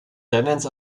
rennens